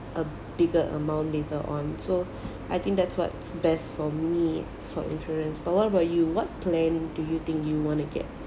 a bigger amount later on so I think that's what's best for me for insurance but what about you what plan do you think you want to get